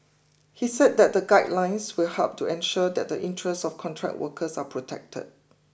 he said that the guidelines will help to ensure that the interests of contract workers are protected